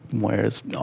whereas